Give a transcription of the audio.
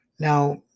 Now